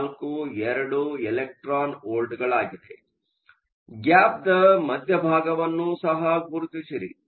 42 electron ವೋಲ್ಟ್Electron voltಗಳಾಗಿದೆ ಗ್ಯಾಪ್ದ ಮಧ್ಯಭಾಗವನ್ನು ಸಹ ಗುರುತಿಸಿರಿ